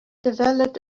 developed